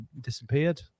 disappeared